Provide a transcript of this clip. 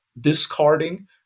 discarding